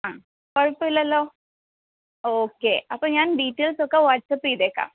ആ കുഴപ്പം ഇല്ലല്ലോ ഓക്കെ അപ്പോൾ ഞാന് ഡീറ്റെയില്സ്സ് ഒക്കെ വാട്ട്സ്സപ്പ് ചെയ്തേക്കാം